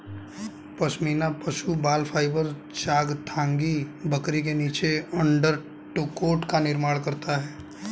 पश्मीना पशु बाल फाइबर चांगथांगी बकरी के नीचे के अंडरकोट का निर्माण करता है